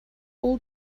all